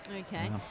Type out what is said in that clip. Okay